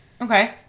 Okay